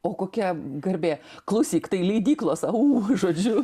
o kokia garbė klausyk tai leidyklos ou žodžiu